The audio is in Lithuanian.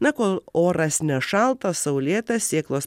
na kol oras nešaltas saulėtas sėklos